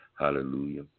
hallelujah